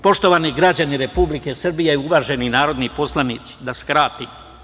Poštovani građani Republike Srbije, uvaženi narodni poslanici, da skratim.